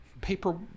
paper